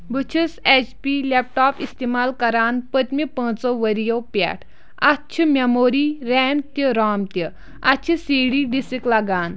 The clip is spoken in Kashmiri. بہٕ چھُس ایچ پی لیپٹاپ استعمال کران پٔتمہِ پانٛژو ؤریو پٮ۪ٹھ اتھ چھ میموری ریم تہِ رام تہِ اتھ چھِ سی ڈی ڈسِک لگان